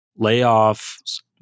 Layoffs